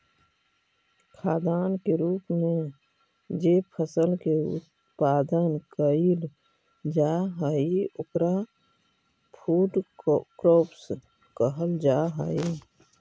खाद्यान्न के रूप में जे फसल के उत्पादन कैइल जा हई ओकरा फूड क्रॉप्स कहल जा हई